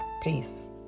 Peace